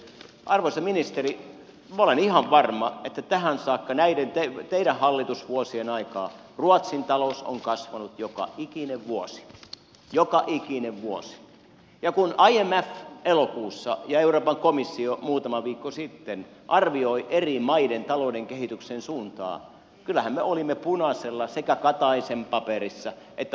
arvoisa ministeri minä olen ihan varma että tähän saakka näiden teidän hallitusvuosienne aikaan ruotsin talous on kasvanut joka ikinen vuosi joka ikinen vuosi ja kun imf elokuussa ja euroopan komissio muutama viikko sitten arvioivat eri maiden talouden kehityksen suuntia kyllähän me olimme punaisella sekä kataisen paperissa että imfn papereissa